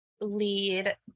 lead